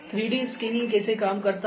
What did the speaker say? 3 D scanning कैसे काम करता है